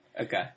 Okay